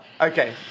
Okay